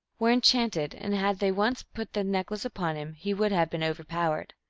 were enchanted, and had they once put the necklace upon him he would have been overpowered.